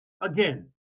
Again